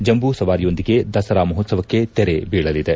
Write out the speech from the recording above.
ಜಂಬೂಸವಾರಿಯೊಂದಿಗೆ ದಸರಾ ಮಹೋತ್ಸವಕ್ಕೆ ತೆರೆ ಬೀಳಲಿದೆ